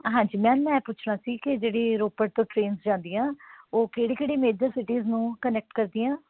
ਹਾਂਜੀ ਮੈਮ ਮੈਂ ਇਹ ਪੁੱਛਣਾ ਸੀ ਕਿ ਜਿਹੜੀ ਰੋਪੜ ਤੋਂ ਟ੍ਰੇਨਸ ਜਾਂਦੀਆਂ ਉਹ ਕਿਹੜੀ ਕਿਹੜੀ ਮੇਜਰ ਸਿਟੀਜ਼ ਨੂੰ ਕਨੈਕਟ ਕਰਦੀਆਂ